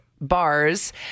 bars